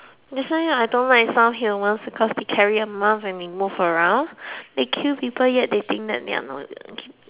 that's why ya I don't like some humans cause they carry a mouth and move around they kill people and yet they think that they are more